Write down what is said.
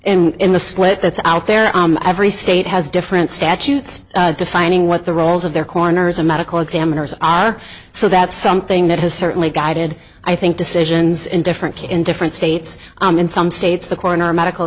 n in the split that's out there every state has different statutes defining what the roles of their corners of medical examiners are so that's something that has certainly guided i think decisions in different in different states and in some states the coroner medical